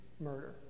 murder